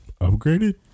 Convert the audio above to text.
Upgraded